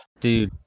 dude